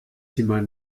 zimmer